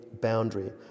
boundary